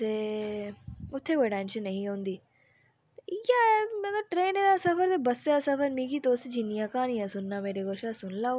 ते उत्थें कोई टैंशन निं ही होंदी ते इंया ट्रनां सफर ते बस्सा सफर इंया तुस मेरे कोला जिन्नियां क्हानियां सुनी लैओ